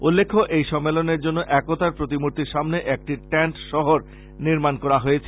উল্লেখ্য এই সম্মেলনের জন্য একতার প্রতিমূর্তির সামনে একটি টেন্ট শহর নির্মান করা হয়েছে